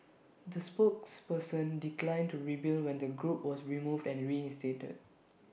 the spokesperson declined to reveal when the group was removed and reinstated